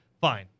fine